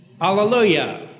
Hallelujah